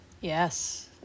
Yes